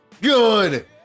Good